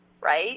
Right